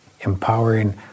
Empowering